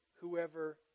whoever